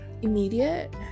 Immediate